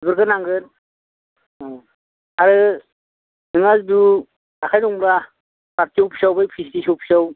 बेफोरखो नांगोन अह आरो नोंहा जिथु आखाय दंब्ला पार्टी अफिसाव बै भिसिडिसि अफिसाव